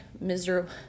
miserable